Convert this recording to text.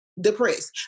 depressed